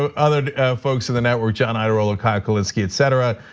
ah other folks in the network, john iadarola, kyle kulinski, etc.